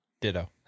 ditto